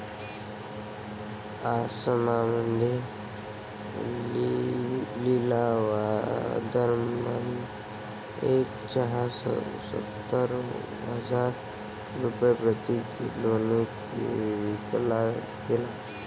आसाममध्ये लिलावादरम्यान एक चहा सत्तर हजार रुपये प्रति किलोने विकला गेला